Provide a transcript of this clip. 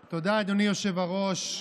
תודה, אדוני היושב-ראש.